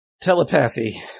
Telepathy